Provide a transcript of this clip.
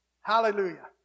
Hallelujah